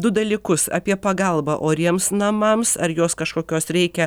du dalykus apie pagalbą oriems namams ar jos kažkokios reikia